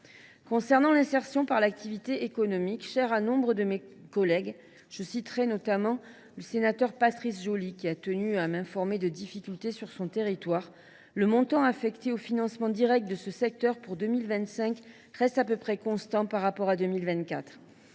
viens à l’insertion par l’activité économique, chère à nombre de mes collègues – je pense notamment à Patrice Joly, qui a tenu à m’informer de difficultés sur son territoire. Le montant affecté au financement direct de ce secteur pour 2025 reste à peu près constant par rapport à 2024.